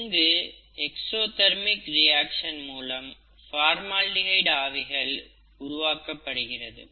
இங்கு exothermic reaction மூலம் formaldehyde ஆவிகள் உருவாக்கப்படுகிறது